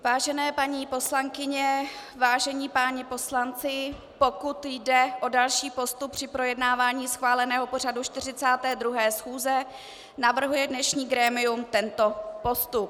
Vážené paní poslankyně, vážení páni poslanci, pokud jde o další postup při projednávání schváleného pořadu 42. schůze, navrhuje dnešní grémium tento postup.